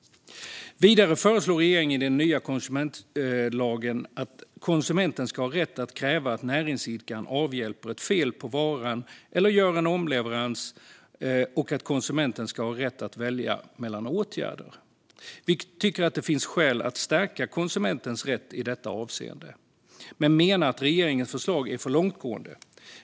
Vidare föreslår regeringen i den nya konsumentlagen att konsumenten ska ha rätt att kräva att näringsidkaren avhjälper ett fel på varan eller gör en omleverans och att konsumenten ska ha rätt att välja mellan åtgärderna. Vi tycker att det finns skäl att stärka konsumentens rätt i detta avseende men menar att regeringens förslag är för långtgående.